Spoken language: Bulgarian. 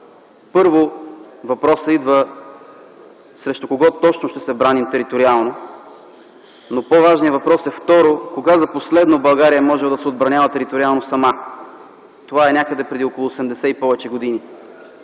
идва въпросът срещу кого точно ще се браним териториално. По-важен е вторият въпрос – кога за последно България е могла да се отбранява териториално сама. Това е някъде преди 80 и повече години.